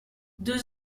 deux